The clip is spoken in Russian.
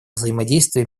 взаимодействия